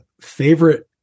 favorite